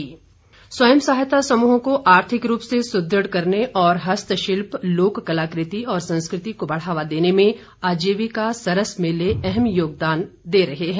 सरस मेला स्वयं सहायता समूहों को आर्थिक रूप से सुदृढ़ करने और हस्तशिल्प लोक कलाकृति और संस्कृति को बढ़ावा देने में आजीविका सरस मेले अहम योगदान निभा रहे हैं